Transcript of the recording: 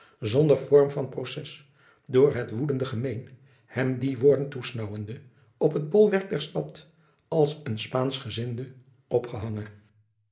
zonder form van proces door het woedende gemeen hem die woorden toesnaauwende op het bolwerk der stad als een spaanschgezinde opgehangen